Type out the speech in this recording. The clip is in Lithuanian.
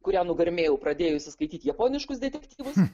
kurią nugarmėjau pradėjusi skaityti japoniškus detektyvus